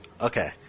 Okay